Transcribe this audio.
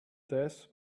death